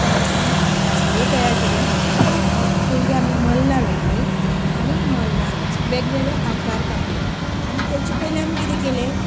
त्या वर्सा आमी आकाशदिवो तयार करया थारायले आनीक पयली आमी मल्ला व्हेणली आनी मल्लाच वेगवेगळो आकार कापले आनी तेचे पयली आमी कितें केले